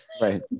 Right